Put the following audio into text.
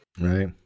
Right